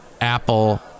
Apple